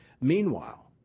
Meanwhile